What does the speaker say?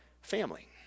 family